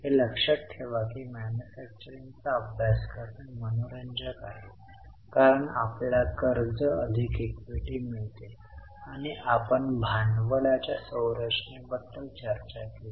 हे लक्षात ठेवा की मॅन्युफॅक्चरिंगचा अभ्यास करणे मनोरंजक आहे कारण आपल्याला कर्ज अधिक इक्विटी मिळते आणि आपण भांडवलाच्या संरचनेबद्दल चर्चा केली